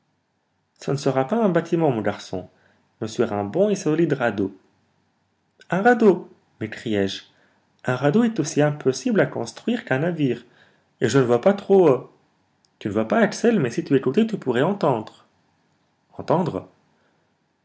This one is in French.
ce ne sera pas sur un bâtiment mon garçon mais sur un bon et solide radeau un radeau m'écriai-je un radeau est aussi impossible à construire qu'un navire et je ne vois pas trop tu ne vois pas axel mais si tu écoutais tu pourrais entendre entendre